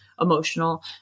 emotional